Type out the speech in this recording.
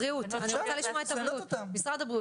אני רוצה לשמוע את משרד הבריאות.